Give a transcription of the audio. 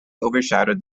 overshadowed